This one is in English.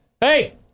hey